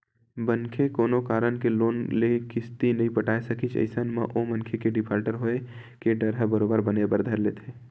मनखे कोनो कारन ले लोन के किस्ती नइ पटाय सकिस अइसन म ओ मनखे के डिफाल्टर होय के डर ह बरोबर बने बर धर लेथे